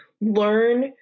learn